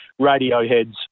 Radiohead's